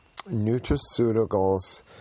Nutraceuticals